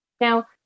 now